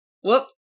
Whoop